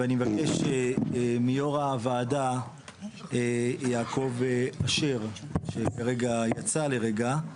ואני מבקש מיו"ר הוועדה יעקב אשר שכרגע יצא לרגע.